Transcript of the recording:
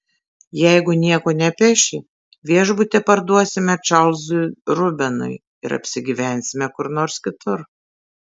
jeigu nieko nepeši viešbutį parduosime čarlzui rubenui ir apsigyvensime kur nors kitur